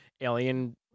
alien